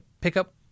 pickup